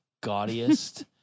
gaudiest